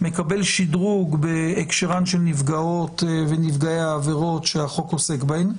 מקבל שדרוג בהקשרן של נפגעות ונפגעי עבירות שהחוק עוסק בהם,